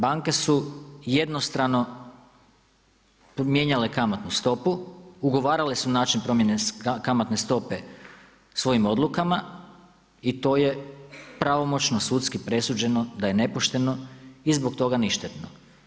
Banke su jednostrano mijenjale kamatnu stopu, ugovarale su način promjene kamatne stope svojim odlukama i to je pravomoćno sudski presuđeno da je nepošteno i zbog toga ništetno.